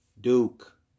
Duke